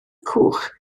cwch